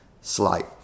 slight